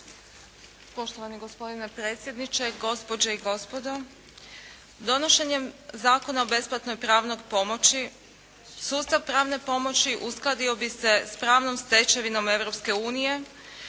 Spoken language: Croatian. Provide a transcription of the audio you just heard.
Poštovani gospodine predsjedniče, gospođe i gospodo! Donošenjem Zakona o besplatnoj pravnoj pomoći, sustav pravne pomoći uskladio bi se sa pravnom stečevinom